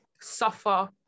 suffer